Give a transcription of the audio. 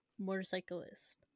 Motorcyclist